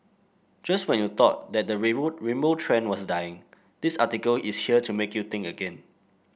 just when you thought that the rainbow trend was dying this article is here to make you think again